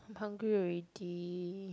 I'm hungry already